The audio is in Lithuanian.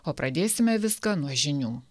o pradėsime viską nuo žinių